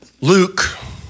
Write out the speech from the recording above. Luke